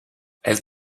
elle